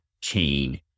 chain